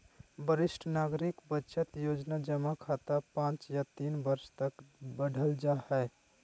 वरिष्ठ नागरिक बचत योजना जमा खाता पांच या तीन वर्ष तक बढ़ल जा हइ